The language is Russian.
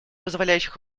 позволяющих